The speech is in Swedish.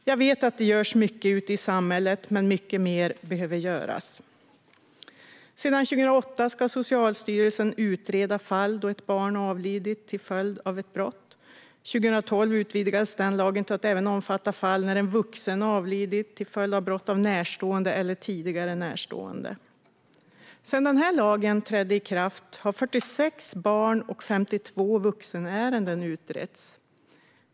Jag vet att det görs mycket ute i samhället, men mycket mer behöver göras. Sedan 2008 ska Socialstyrelsen utreda fall då ett barn avlidit till följd av ett brott. År 2012 utvidgades denna lag till att även omfatta fall när en vuxen avlidit till följd av ett brott som begåtts av en närstående eller tidigare närstående. Sedan denna lag trädde i kraft har 46 barnärenden och 52 vuxenärenden utretts.